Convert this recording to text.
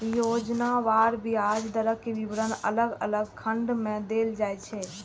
योजनावार ब्याज दरक विवरण अलग अलग खंड मे देल जाइ छै